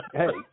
hey